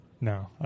no